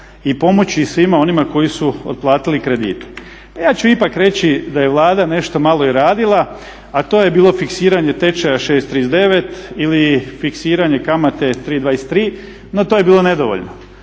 i pomoći svima onima koji su otplatili kredite. Pa ja ću ipak reći da je Vlada nešto malo i radila, a to je bilo fiksiranje tečaja 6,39 ili fiksiranje kamate 3,23 no to je bilo nedovoljno.